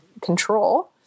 control